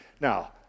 Now